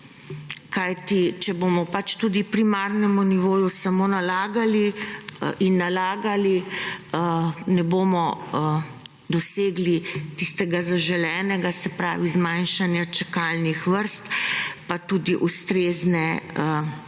Kajti, če bomo pač tudi primarnemu nivoju samo nalagali in nalagali, ne bomo dosegli tistega zaželenega, se pravi zmanjšanja čakalnih vrst pa tudi ustrezne